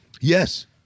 Yes